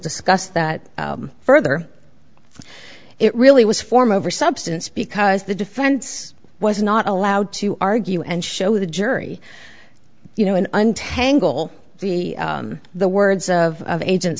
discuss that further it really was form over substance because the defense was not allowed to argue and show the jury you know and untangle the the words of agent